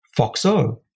FOXO